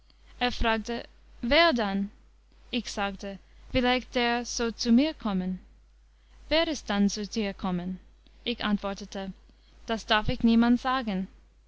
er fragte wer dann ich sagte vielleicht der so zu mir kommen wer ist dann zu dir kommen ich antwortete das darf ich niemand sagen